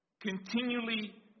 continually